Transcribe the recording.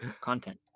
content